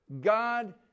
God